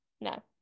No